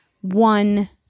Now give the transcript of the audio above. one